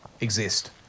exist